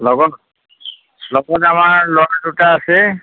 লগত লগত আমাৰ ল'ৰা দুটা আছে